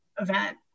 event